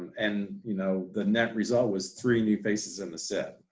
and you know, the net result was three new faces in the cip.